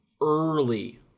early